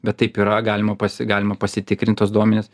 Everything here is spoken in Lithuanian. bet taip yra galima pasi galima pasitikrint tuos duomenis